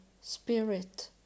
spirit